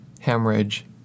hemorrhage